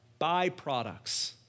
byproducts